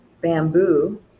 bamboo